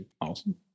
Awesome